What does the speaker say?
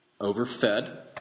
overfed